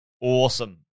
awesome